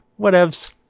whatevs